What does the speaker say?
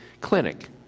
clinic